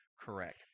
correct